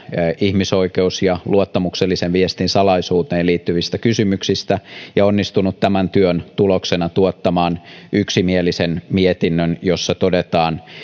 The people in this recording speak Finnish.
ihmisoikeus ja luottamuksellisen viestin salaisuuteen liittyvistä kysymyksistä ja onnistunut tämän työn tuloksena tuottamaan yksimielisen mietinnön jossa todetaan